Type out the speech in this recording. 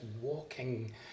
walking